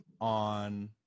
on